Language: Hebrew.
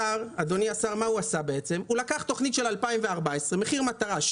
השר לקח את תוכנית מחיר מטרה של שנת 2014,